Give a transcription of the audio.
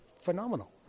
Phenomenal